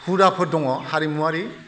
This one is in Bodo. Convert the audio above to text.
हुदाफोर दङ हारिमुवारि